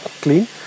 clean